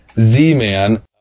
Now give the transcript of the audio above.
Z-Man